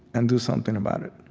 and do something about it?